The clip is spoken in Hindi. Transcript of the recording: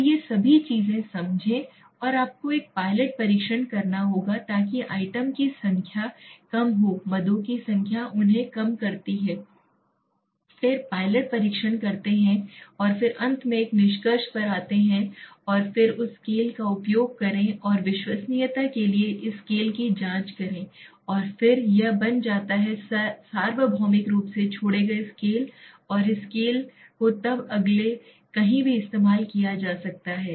तो ये सभी चीजें समझें और आपको एक पायलट परीक्षण करना होगा ताकि आइटम की संख्या कम हो मदों की संख्या उन्हें कम करती है फिर पायलट परीक्षण करते हैं और फिर अंत में एक निष्कर्ष पर आते हैं और फिर इस स्केल का उपयोग करें और विश्वसनीयता के लिए इस स्केल की जांच करें और फिर यह एक बन जाता है सार्वभौमिक रूप से छोड़े गए स्केल और इस स्केल को तब अगले कहीं भी इस्तेमाल किया जा सकता है